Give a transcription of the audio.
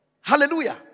Hallelujah